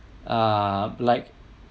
ah like